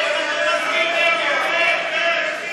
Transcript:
איפה אתם ואיפה בגין.